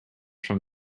from